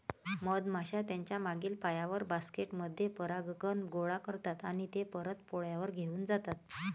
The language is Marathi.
मधमाश्या त्यांच्या मागील पायांवर, बास्केट मध्ये परागकण गोळा करतात आणि ते परत पोळ्यावर घेऊन जातात